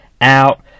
out